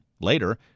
Later